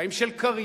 אינו נוכח אורי